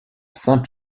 saint